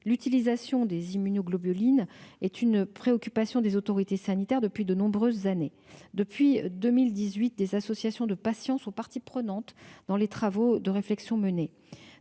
L'utilisation des immunoglobulines est une préoccupation des autorités sanitaires depuis de nombreuses années. Depuis 2018, des associations de patients sont parties prenantes à la réflexion menée.